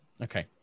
Okay